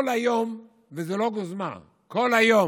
כל היום, וזו לא גוזמה, כל היום,